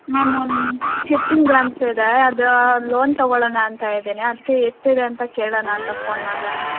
ma'am ಒಂದು fifteen grams ಇದೆ ಅದು ಲೋನ್ ತೊಗೊಳೋಣ ಅಂತ ಇದ್ದೀನಿ ಅದಕ್ಕೆ ಎಷ್ಟಿದೆ ಅಂತ ಕೇಳೋಣ ಅಂತ ಫೋನ್ ಮಾಡಿದೆ ಮ್ಯಾಮ್